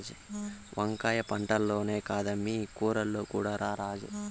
వంకాయ పంటల్లోనే కాదమ్మీ కూరల్లో కూడా రారాజే